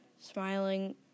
smiling